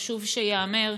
חשוב שייאמר,